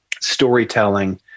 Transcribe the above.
storytelling